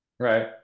Right